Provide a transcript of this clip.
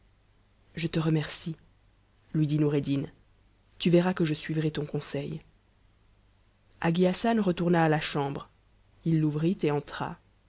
je te remercie lui dit noureddin tu verras que je suivrai ton conseil hagi hassan retourna à la chambre il l'ouvrit et entra